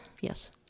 Yes